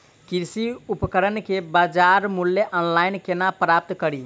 कृषि उपकरण केँ बजार मूल्य ऑनलाइन केना प्राप्त कड़ी?